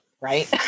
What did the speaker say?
right